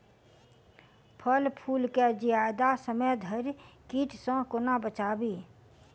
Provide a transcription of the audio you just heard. फल फुल केँ जियादा समय धरि कीट सऽ कोना बचाबी?